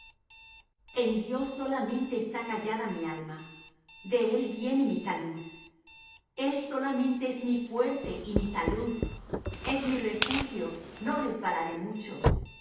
en dios solamente está callada mi alma de él viene mi salud el solamente es mi fuerte y mi salud es mi refugio no resbalaré mucho